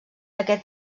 aquest